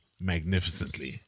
magnificently